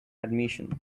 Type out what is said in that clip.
admission